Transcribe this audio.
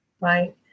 right